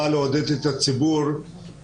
אתם אנשים עם לב.